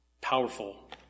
powerful